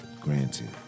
Granted